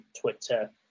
Twitter